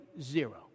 zero